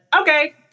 okay